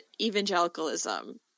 evangelicalism